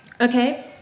Okay